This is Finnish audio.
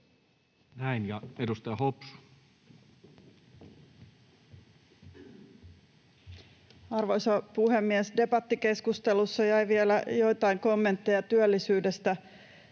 Näin. — Ja edustaja Hopsu. Arvoisa puhemies! Debattikeskustelusta jäi vielä joitain kommentteja työllisyydestä,